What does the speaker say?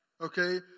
okay